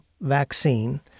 vaccine